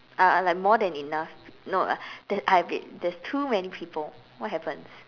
uh uh like more than enough no uh there I mean there's too many people what happens